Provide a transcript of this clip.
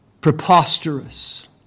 preposterous